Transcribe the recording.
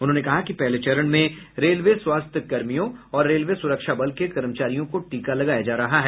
उन्होंने कहा है कि पहले चरण में रेलवे स्वास्थ्य कर्मियों और रेलवे सुरक्षा बल के कर्मचारियों को टीका लगाया जा रहा है